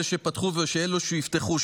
אלה שפתחו ואלה שיפתחו,